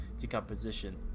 decomposition